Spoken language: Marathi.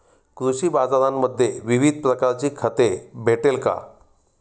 कृषी बाजारांमध्ये विविध प्रकारची खते भेटेल का?